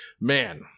man